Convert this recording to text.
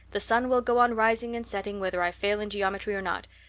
the sun will go on rising and setting whether i fail in geometry or not.